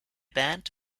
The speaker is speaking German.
band